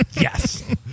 Yes